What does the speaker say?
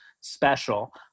special